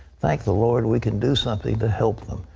thank the lord we can do something to help them.